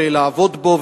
לעבוד בו,